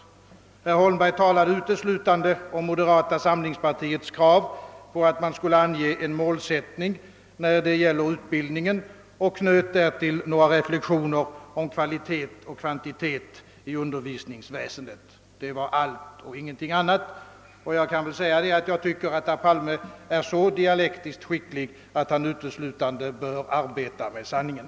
Herr Holmberg talade uteslutande om moderata samlingspartiets krav på att man skulle ange en målsättning när det gäller utbildningen och knöt därtill några reflexioner om kvalitet och kvantitet i utbildningsväsendet. Det var allt han sade och ingenting annat. Jag kan väl få säga, att jag tycker att herr Palme är så dialektiskt skicklig att han uteslutande bör kunna arbeta med sanningen.